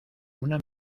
una